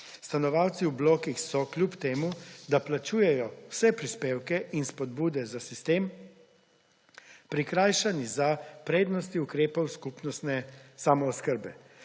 Stanovalci v bokih so kljub temu, da plačujejo vse prispevke in spodbude za sistem, prikrajšani za prednosti ukrepov skupnostne samooskrbe.